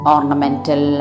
Ornamental